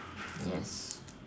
yes